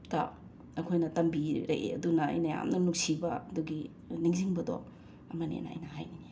ꯇꯥ ꯑꯩꯈꯣꯏꯅ ꯇꯝꯕꯤꯔꯛꯑꯦ ꯑꯗꯨꯅ ꯑꯩꯅ ꯌꯥꯝꯅ ꯅꯨꯡꯁꯤꯕ ꯑꯗꯨꯒꯤ ꯅꯤꯡꯖꯤꯡꯕꯗꯣ ꯑꯃꯅꯦꯅ ꯑꯩꯅ ꯍꯥꯏꯅꯤꯡꯉꯤ